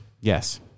Yes